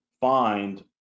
find